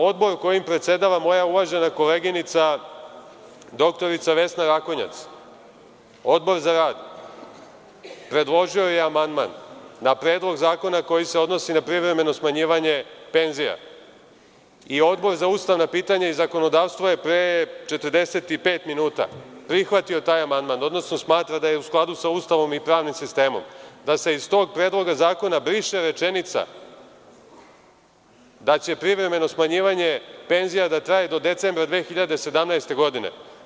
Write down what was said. Odbor kojim predsedava moja uvažena koleginica dr Vesna Rakonjac, Odbor za rad, predložio je amandman na Predlog zakona koji se odnosi na privremeno smanjivanje penzija i Odbor ustavna pitanja i zakonodavstvo je pre 45 minuta prihvatio taj amandman, odnosno smatra da je u skladu sa Ustavom i pravnim sistemom, da se iz tog Predloga zakona briše rečenica da će privremeno smanjivanje penzija da traje do decembra 2017. godine.